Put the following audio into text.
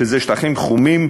שזה שטחים חומים,